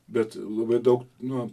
bet labai daug nu